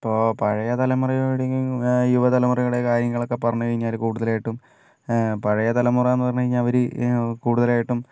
ഇപ്പോൾ പഴയ തലമുറയുടെയും യുവതലമുറയുടെയും കാര്യങ്ങളൊക്കേ പറഞ്ഞു കഴിഞ്ഞാൽ കൂടുതലായിട്ടും പഴയ തലമുറ എന്ന് പറഞ്ഞ് കഴിഞ്ഞാൽ അവർ കൂടുതലായിട്ടും